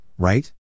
Right